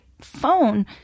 phone